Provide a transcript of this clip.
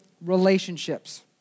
relationships